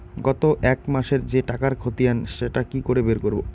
গত এক মাসের যে টাকার খতিয়ান সেটা কি করে বের করব?